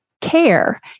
care